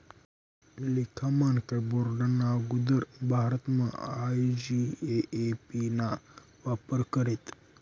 लेखा मानकर बोर्डना आगुदर भारतमा आय.जी.ए.ए.पी ना वापर करेत